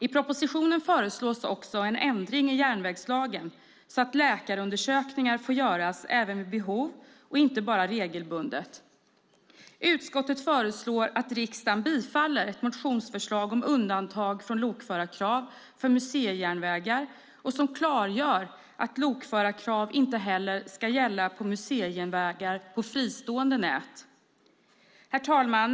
I propositionen föreslås också en ändring i järnvägslagen så att läkarundersökningar får göras även vid behov och inte bara regelbundet. Utskottet föreslår att riksdagen bifaller ett motionsförslag om undantag från lokförarkrav för museijärnvägar och som klargör att lokförarkrav inte heller ska gälla på museijärnvägar på fristående nät. Herr talman!